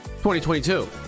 2022